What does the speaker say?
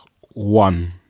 one